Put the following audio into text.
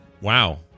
wow